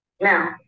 Now